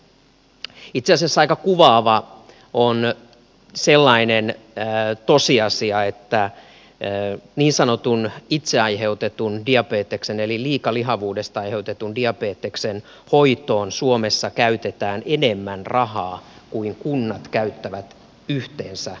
itse asiassa aika kuvaava on sellainen tosiasia että niin sanotun itse aiheutetun diabeteksen eli liikalihavuudesta aiheutetun diabeteksen hoitoon suomessa käytetään enemmän rahaa kuin kunnat käyttävät yhteensä liikuntaan